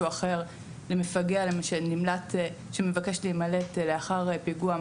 מפגע שמבקש להימלט לאחר פיגוע,